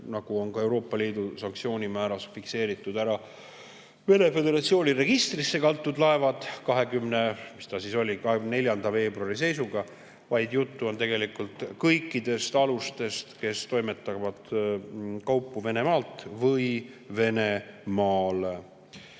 nagu on ka Euroopa Liidu sanktsioonimääruses fikseeritud, Vene föderatsiooni registrisse kantud laevadest 24. veebruari seisuga, vaid juttu on tegelikult kõikidest alustest, kes toimetavad kaupu Venemaalt või Venemaale.